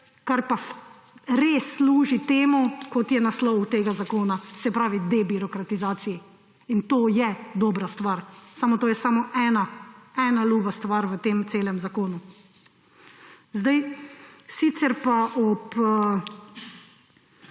kar pa res služi temu, kot je naslov tega zakona, se pravi debirokratizaciji. In to je dobra stvar. Samo to je samo ena ljuba stvar v tem celem zakonu. Sicer pa v